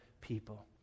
people